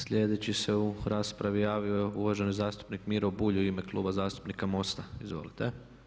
Sljedeći se u raspravi javio uvaženi zastupnik Miro Bulj u ime Kluba zastupnika MOST-a, izvolite.